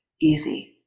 easy